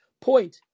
Point